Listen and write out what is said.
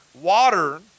water